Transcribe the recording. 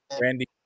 Randy